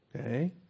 Okay